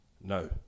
No